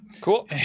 Cool